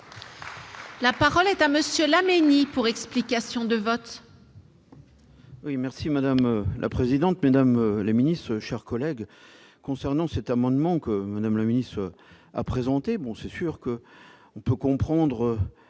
La parole est à M. Marc Laménie, pour explication de vote.